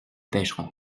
pêcheront